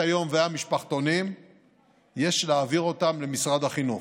היום והמשפחתונים יש להעביר אותם למשרד החינוך.